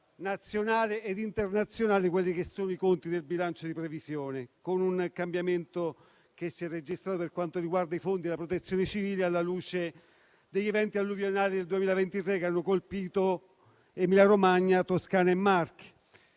nazionale e internazionale, i conti del bilancio di previsione, con un cambiamento che si è registrato per quanto riguarda i fondi per la Protezione civile, alla luce degli eventi alluvionali del 2023 che hanno colpito Emilia-Romagna, Toscana e Marche;